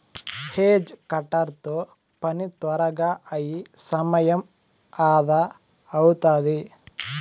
hedge cutter తో పని త్వరగా అయి సమయం అదా అవుతాది